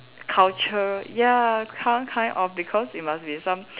culture ya some kind of because it must be some